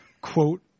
quote